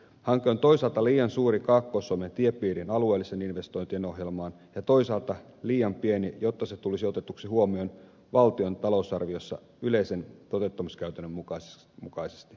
hanke on toisaalta liian suuri kaakkois suomen tiepiirin alueellisten investointien ohjelmaan ja toisaalta liian pieni jotta se tulisi otetuksi huomioon valtion talousarviossa yleisen toteuttamiskäytännön mukaisesti